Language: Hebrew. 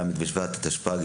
ל' בשבט התשפ''ג,